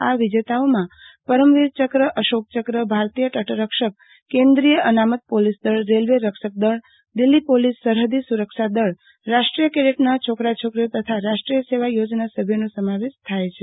આ વિજેતાઓમાં પરમવીર ચક્ર અશોક ચક્ર ભારતીય તટ રક્ષક કેન્દ્રીય અનામત પોલીસ દળ રેલવે રક્ષક દળ દિલ્હી પોલીસ સરહદી સુરક્ષા દળ રાષ્ટ્રીય કેડેટના છોકરા છોકરીઓ તથા રાષ્ટ્રીય સેવા યોજના સભ્યોનો સમાવેશ થાય છે